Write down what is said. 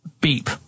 beep